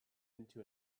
into